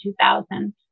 2000